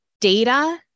data